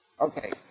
Okay